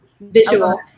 visual